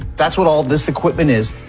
that's what all this equipment is.